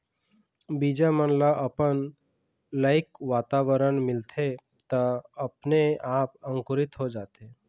बीजा मन ल अपन लइक वातावरन मिलथे त अपने आप अंकुरित हो जाथे